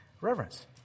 reverence